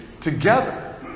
together